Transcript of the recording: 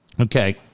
Okay